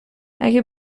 اگه